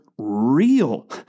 real